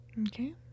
Okay